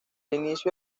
inicio